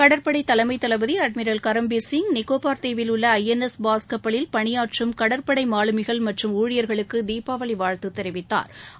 கடற்படை தலைமை தளபதி அட்மிரல் கரம்பீர் சிங் நிகோபர் தீவில் உள்ள ஐஎன்எஸ் பாஸ் கப்பலுக்கு சென்று அங்குள்ள கடற்படை மாலுமிகள் மற்றும் ஊழியர்களுக்கு தீபாவளி வாழ்த்து தெரிவித்தாா்